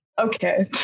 okay